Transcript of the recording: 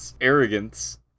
Arrogance